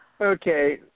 Okay